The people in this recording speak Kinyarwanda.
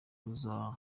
kuzakora